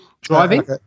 driving